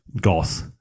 goth